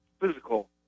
Physical